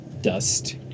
Dust